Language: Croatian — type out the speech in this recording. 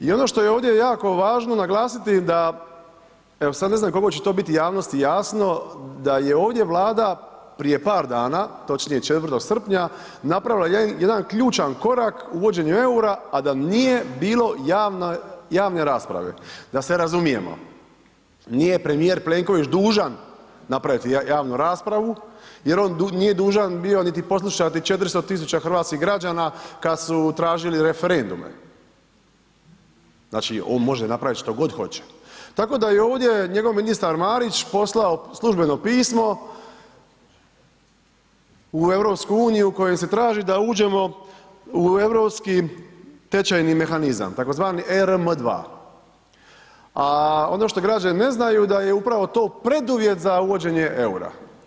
I ono što je ovdje jako važno naglasiti da, evo sad ne znam koliko će to biti javnosti jasno da je ovdje Vlada prije par dana, točnije 4. srpnja, napravila jedan ključan korak u uvođenju eura a da nije bilo javne rasprave, da se razumijemo, nije premijer Plenković dužan napraviti javnu raspravu jer on nije dužan bio niti poslušati niti 400 000 hrvatskih građana kad su tražili referendume, znači on može napraviti što god hoće, tako da je ovdje njegov ministar Marić poslao službeno pismo u EU kojim se traži da uđemo u europski tečajni mehanizam, tzv. ERM 2. A ono što građani znaju da je upravo to preduvjet za uvođenje eura.